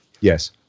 Yes